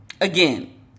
again